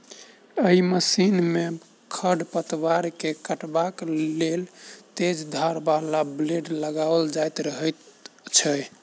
एहि मशीन मे खढ़ पतवार के काटबाक लेल तेज धार बला ब्लेड लगाओल रहैत छै